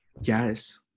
Yes